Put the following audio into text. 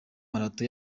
marato